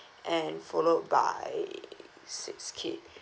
and followed by six K